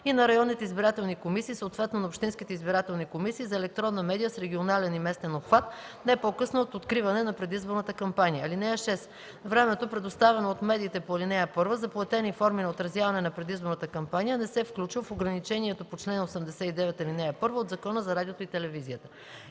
и на районните избирателни комисии, съответно на общинските избирателни комисии - за електронна медия с регионален и местен обхват, не по-късно от откриване на предизборната кампания. (6) Времето, предоставено от медиите по ал. 1 за платени форми на отразяване на предизборната кампания, не се включва в ограничението по чл. 89, ал. 1 от Закона за радиото и телевизията.